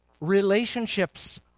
relationships